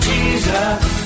Jesus